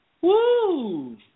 Woo